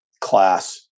class